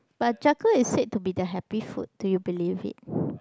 but chocolate is said to be the happy food do you believe it